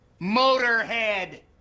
Motorhead